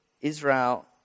Israel